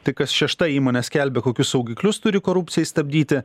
tik kas šešta įmonė skelbia kokius saugiklius turi korupcijai stabdyti